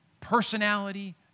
personality